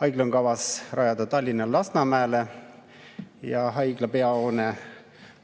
Haigla on kavas rajada Tallinnas Lasnamäele ja haigla peahoone